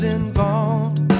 involved